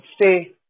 stay